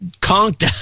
conked